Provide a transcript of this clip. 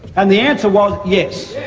and the answer was, yes.